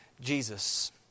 Jesus